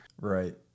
Right